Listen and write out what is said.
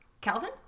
Calvin